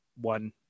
one